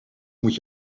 moet